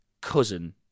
cousin